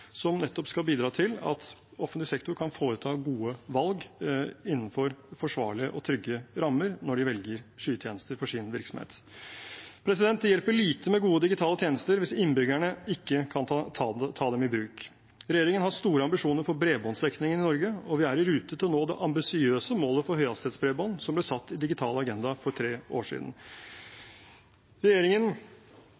som nettopp skal bidra til at offentlig sektor kan foreta gode valg innenfor forsvarlige og trygge rammer når de velger skytjenester for sin virksomhet. Det hjelper lite med gode digitale tjenester hvis innbyggerne ikke kan ta dem i bruk. Regjeringen har store ambisjoner for bredbåndsdekningen i Norge, og vi er i rute til å nå det ambisiøse målet for høyhastighetsbredbånd som ble satt i Digital agenda for tre år siden.